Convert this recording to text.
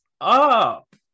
up